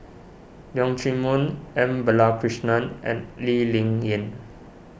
Leong Chee Mun M Balakrishnan and Lee Ling Yen